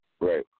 Right